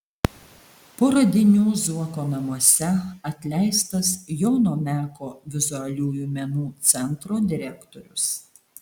po radinių zuoko namuose atleistas jono meko vizualiųjų menų centro direktorius